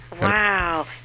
Wow